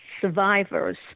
survivors